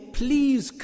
please